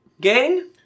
gang